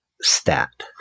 stat